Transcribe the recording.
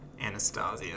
Anastasia